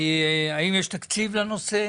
האם יש תקציב לנושא?